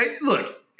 look –